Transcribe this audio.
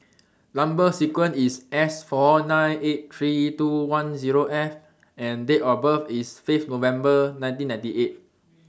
Number sequence IS S four nine eight three two one Zero F and Date of birth IS Fifth November nineteen ninety eight